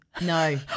No